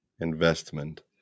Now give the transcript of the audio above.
investment